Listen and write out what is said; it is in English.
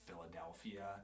Philadelphia